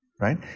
right